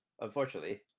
unfortunately